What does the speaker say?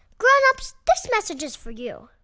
grown-ups, this message is for you